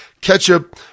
ketchup